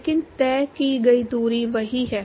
लेकिन तय की गई दूरी वही है